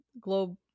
Globe